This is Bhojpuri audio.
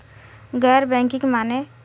गैर बैंकिंग माने?